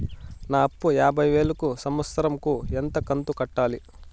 నా అప్పు యాభై వేలు కు సంవత్సరం కు ఎంత కంతు కట్టాలి?